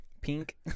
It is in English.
Pink